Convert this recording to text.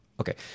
Okay